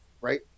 right